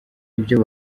ibyo